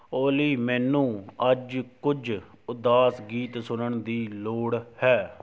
ਓਲੀ ਮੈਨੂੰ ਅੱਜ ਕੁਝ ਉਦਾਸ ਗੀਤ ਸੁਣਨ ਦੀ ਲੋੜ ਹੈ